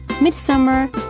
Midsummer